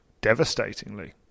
devastatingly